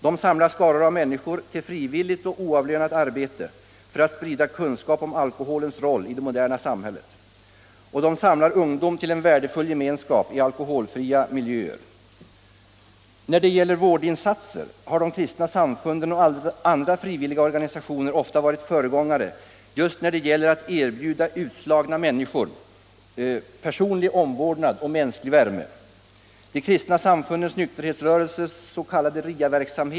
De samlar skaror av människor till frivilligt och oavlönat arbete för att sprida kunskap om alkoholens roll i det moderna samhället. De samlar ungdom till en värdefull gemenskap i alkoholfria miljöer. Vad beträffar vårdinsatser har de kristna samfunden och andra frivilliga organisationer ofta varit föregångare när det gällt att erbjuda utslagna människor personlig omvårdnad och mänsklig värme.